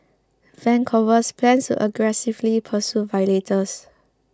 Vancouver plans to aggressively pursue violators